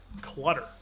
clutter